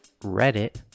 reddit